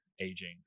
aging